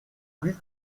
plus